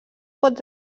pot